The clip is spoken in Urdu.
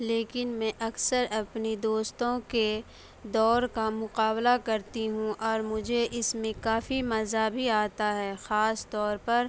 لیکن میں اکثر اپنی دوستوں کے دوڑ کا مقابلہ کرتی ہوں اور مجھے اس میں کافی مزہ بھی آتا ہے خاص طور پر